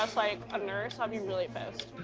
um like a nurse, i'll be really pissed.